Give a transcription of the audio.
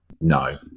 no